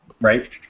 right